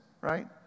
right